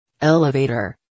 Elevator